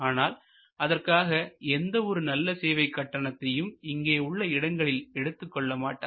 ஆனால் அதற்காக எந்த ஒரு நல்ல சேவை கட்டணத்தையும் இங்கே உள்ள இடங்களில் எடுத்துக்கொள்ள மாட்டார்